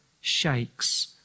shakes